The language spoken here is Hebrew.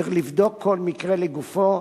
צריך לבדוק כל מקרה לגופו.